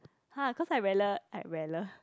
!huh! cause I